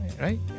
right